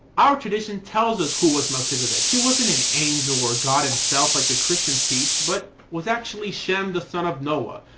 our tradition tells us who was melchizedek. he wasn't an angel or god, himself, like the christians teach, but, was actually shem, the son of noah,